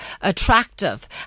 attractive